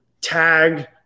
tag